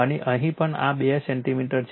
અને અહીં પણ આ 2 સેન્ટિમીટર છે